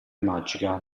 magica